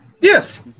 Yes